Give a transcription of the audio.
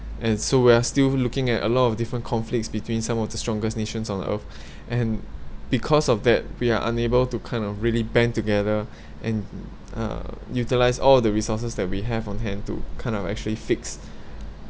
and so we're still looking at a lot of different conflicts between some of the strongest nations on earth and because of that we are unable to kind of really band together and uh utilise all the resources that we have on hand to kind of actually fix